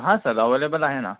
हा sir available आहे ना